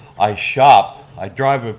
i shop, i drive a,